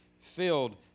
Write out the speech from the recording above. filled